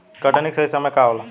कटनी के सही समय का होला?